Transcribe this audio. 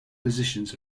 positions